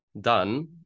done